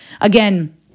Again